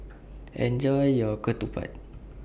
Enjoy your Ketupat